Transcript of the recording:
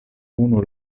unu